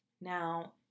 Now